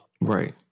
Right